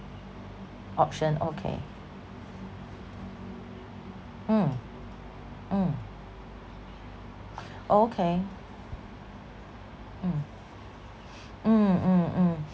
option okay mm mm oh okay mm mm mm mm